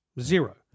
zero